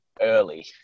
early